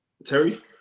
Terry